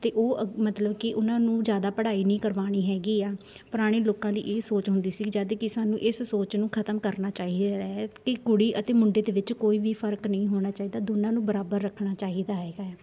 ਅਤੇ ਉਹ ਮਤਲਬ ਕਿ ਉਹਨਾਂ ਨੂੰ ਜ਼ਿਆਦਾ ਪੜ੍ਹਾਈ ਨਹੀਂ ਕਰਵਾਉਣੀ ਹੈਗੀ ਆ ਪੁਰਾਣੇ ਲੋਕਾਂ ਦੀ ਇਹ ਸੋਚ ਹੁੰਦੀ ਸੀ ਜਦ ਕਿ ਸਾਨੂੰ ਇਸ ਸੋਚ ਨੂੰ ਖਤਮ ਕਰਨਾ ਚਾਹੀਦਾ ਹੈ ਕਿ ਕੁੜੀ ਅਤੇ ਮੁੰਡੇ ਦੇ ਵਿਚ ਕੋਈ ਵੀ ਫਰਕ ਨਹੀਂ ਹੋਣਾ ਚਾਹੀਦਾ ਦੋਨਾਂ ਨੂੰ ਬਰਾਬਰ ਰੱਖਣਾ ਚਾਹੀਦਾ ਹੈਗਾ ਏ ਆ